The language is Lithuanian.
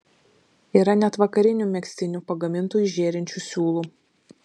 yra net vakarinių megztinių pagamintų iš žėrinčių siūlų